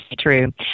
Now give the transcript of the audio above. true